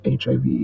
HIV